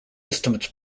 estimates